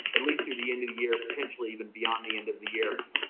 at least through the end of the year, potentially even beyond the end of the year.